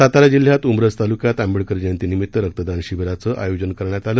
सातारा जिल्ह्यात उंब्रज तालूक्यात आंबेडकर जयंती निमित्त रक्तदान शिबिराचं आयोजन करण्यात आलं